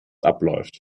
abläuft